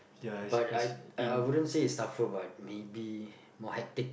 but I I wouldn't say it's tougher but like maybe more hectic